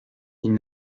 ils